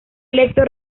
electo